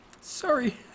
Sorry